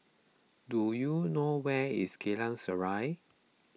do you know where is Geylang Serai